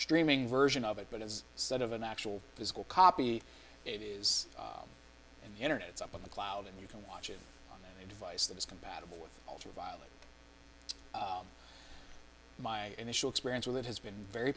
streaming version of it but as set of an actual physical copy it is and the internet is up on the cloud and you can watch it on a device that is compatible with ultraviolet my initial experience with it has been very